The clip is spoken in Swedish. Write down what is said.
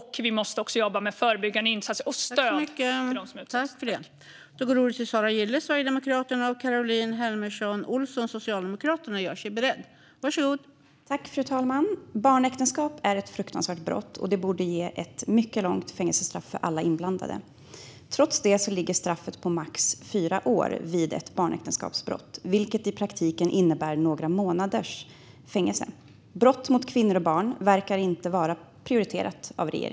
Vi måste också jobba med förebyggande insatser och stöd till dem som utsätts.